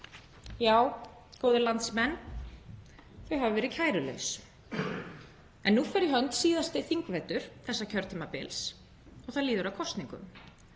Já, góðir landsmenn, þau hafa verið kærulaus. En nú fer í hönd síðasti þingvetur þessa kjörtímabils og það líður að kosningum.